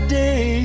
day